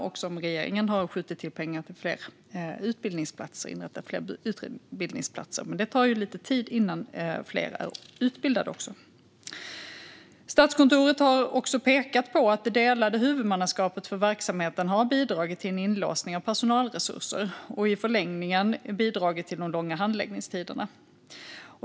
Där har regeringen skjutit till pengar för att inrätta fler utbildningsplatser, men det tar lite tid innan fler har utbildats. Statskontoret har pekat på att det delade huvudmannaskapet för verksamheten har bidragit till en inlåsning av personalresurser och i förlängningen bidragit till de långa handläggningstiderna.